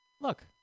Look